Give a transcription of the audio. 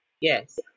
Yes